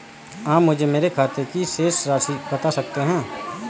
आप मुझे मेरे खाते की शेष राशि बता सकते हैं?